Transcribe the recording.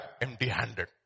empty-handed